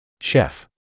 Chef